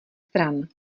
stran